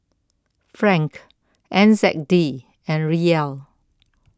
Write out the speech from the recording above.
Franc N Z D and Riel